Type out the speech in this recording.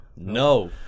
No